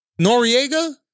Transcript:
Noriega